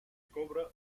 cobra